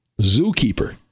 Zookeeper